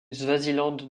swaziland